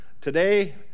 Today